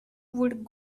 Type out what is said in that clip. would